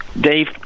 Dave